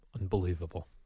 Unbelievable